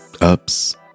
ups